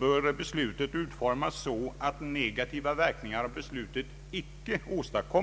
bör beslutet utformas så att negativa verkningar av beslutet icke åstadkoms.